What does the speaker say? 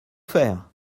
faire